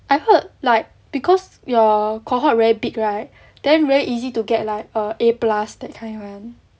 I heard like because your cohort very big right then very easy to get like err A plus that kind [one]